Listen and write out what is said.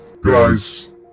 Guys